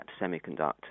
semiconductor